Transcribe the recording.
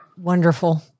wonderful